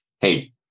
hey